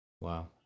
Wow